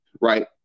right